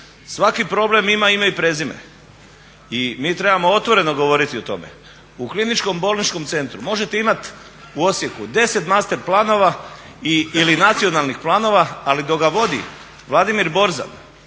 Svaki problem ima ime i prezime i mi trebamo otvoreno govoriti o tome. U Kliničkom bolničkom centru možete imati u Osijeku 10 master planova ili nacionalnih planova, ali dok ga vodi Vladimir Borzan,